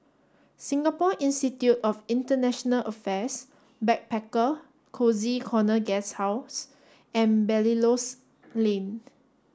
Singapore Institute of International Affairs Backpacker Cozy Corner Guesthouse and Belilios Lane